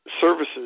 services